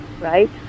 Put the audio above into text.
right